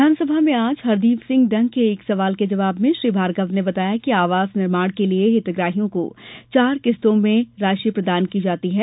विधान सभा में आज हरदीप सिंह डंग के एक सवाल के जवाब में श्री भार्गव ने बताया कि आवास निर्माण के लिये हितग्राहियों को चार किस्तों में राशि प्रदान की जाती है